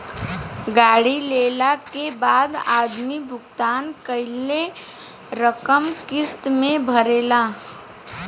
गाड़ी लेला के बाद आदमी भुगतान कईल रकम किस्त में भरेला